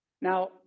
Now